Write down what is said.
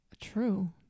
True